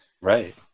Right